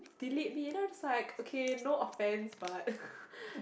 delete me then I was just like no offence but